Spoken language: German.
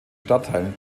stadtteilen